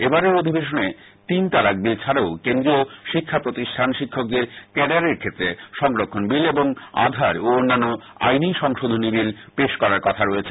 এবারের অধিবেশনে তিন তালাক বিল ছাডাও কেন্দ্রীয় শিক্ষা প্রতিষ্ঠান শিক্ষকদের ক্যাডারের ক্ষেত্রে সংরক্ষণ বিল এবং আধার ও অন্যান্য আইনি সংশোধনী বিল পেশ করার কথা রয়েছে